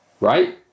Right